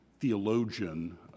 theologian